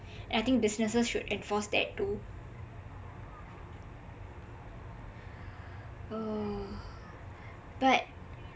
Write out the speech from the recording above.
and I think businesses should enforce that too uh but